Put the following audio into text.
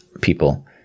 people